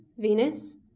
venus,